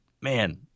man